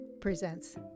presents